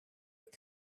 have